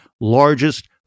largest